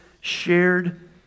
shared